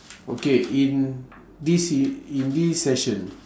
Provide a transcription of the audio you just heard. okay in this in this se~ in this session